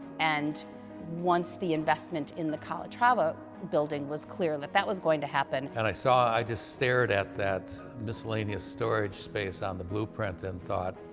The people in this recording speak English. and once the investment in the calatrava building was clear, that that was going to happen. and i saw, i just stared at that miscellaneous storage space on the blueprint and thought,